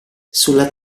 sulla